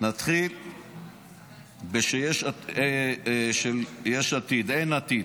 נתחיל בהצעה של יש עתיד, אין עתיד.